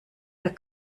wer